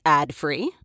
ad-free